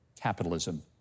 capitalism